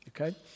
okay